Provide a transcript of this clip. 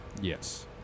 Yes